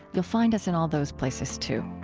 you'll find us in all those places too